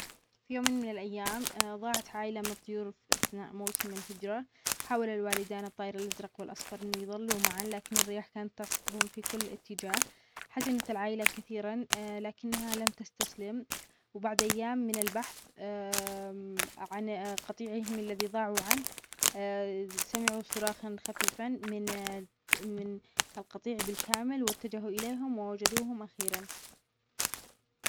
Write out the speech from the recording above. في يوم من الأيام، ضاعت عائلة من الطيور أثناء موسم الهجرة بسبب عاصفة قوية فرقتهم عن باقي السرب. حاولت الطيور الصغيرة اتباع والدتهم، لكن الرياح كانت قوية جدًا. بعد ما هدأت العاصفة، وجدت العائلة نفسها في وادٍ غريب مليء بالأشجار والأنهار. بدأت الأم تبحث عن طريق العودة بينما تعلم صغارها كيفية البقاء آمنين في هذا المكان الجديد.